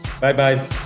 Bye-bye